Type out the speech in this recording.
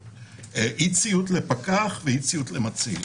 על אי ציות לפקח ואי ציות למציל.